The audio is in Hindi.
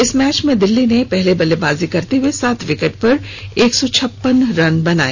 इस मैच में दिल्ली ने पहले बल्लेबाजी करते हुए सात विकेट पर एक सौ छप्पन रन बनाए